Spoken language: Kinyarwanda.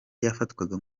yafatwaga